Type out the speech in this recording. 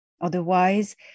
Otherwise